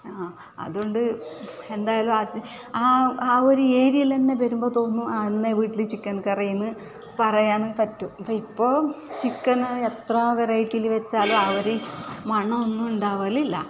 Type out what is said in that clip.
ആ അതുകൊണ്ട് എന്തായാലും ആ ആ ഒരു ഏരിയയിൽ വരുമ്പോൾ തോന്നും ഇന്ന് വീട്ടില് ചിക്കൻ കറി എന്ന് പറയാന് പറ്റും ഇപ്പൊൾ ചിക്കനെ എത്ര വെറൈറ്റിയിൽ വച്ചാലവര് മണമൊന്നുമുണ്ടാവലില്ല